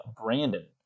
Brandon